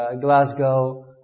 Glasgow